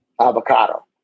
avocado